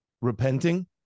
repenting